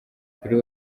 kuri